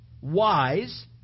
wise